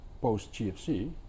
post-GFC